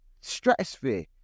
stratosphere